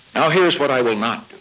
now here's what i will not